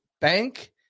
bank